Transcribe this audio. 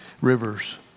rivers